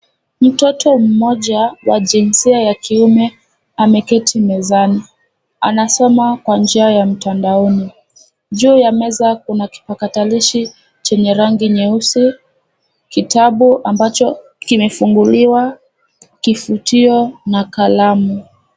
Mtoto mmoja wa jinsia ya kiume ameketi mezani. Anasoma kwa njia ya mtandaoni. Juu ya meza kuna kipakatalishi chenye rangi nyeusi, kitabu ambacho kimefunguliwa, kifutio na kalamu.